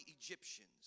Egyptians